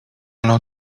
ano